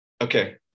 okay